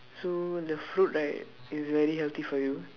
so the fruit right is very healthy for you